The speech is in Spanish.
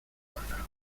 paga